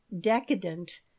decadent